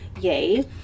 yay